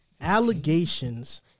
allegations